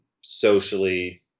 socially